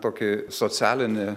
tokį socialinį